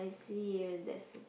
I see where that's the